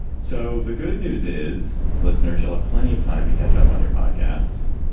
so the good news is listener charlotte, plenty of time to catch up on your podcasts.